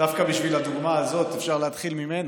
דווקא בשביל הדוגמה הזאת, אפשר להתחיל ממנה,